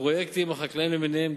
הפרויקטים החקלאיים למיניהם,